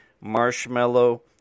marshmallow